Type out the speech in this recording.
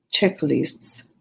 checklists